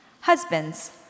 Husbands